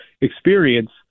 experience